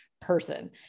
person